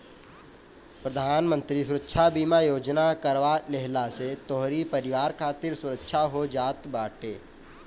प्रधानमंत्री सुरक्षा बीमा योजना करवा लेहला से तोहरी परिवार खातिर सुरक्षा हो जात बाटे